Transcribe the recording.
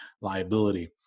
liability